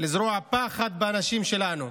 לזרוע פחד באנשים שלנו,